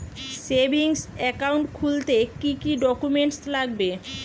Savings account খুলতে কি কি ডকুমেন্টস লাগবে?